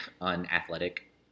unathletic